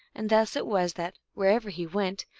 and thus it was that, wherever he went,